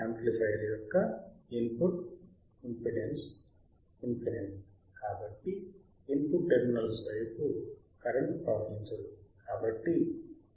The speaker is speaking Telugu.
యాంప్లిఫయర్ యొక్క ఇన్పుట్ ఇంపెడెన్స్ అనంతము కాబట్టి ఇన్పుట్ టెర్మినల్స్ వైపు కరెంట్ ప్రవహించదు